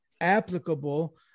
applicable